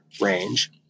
range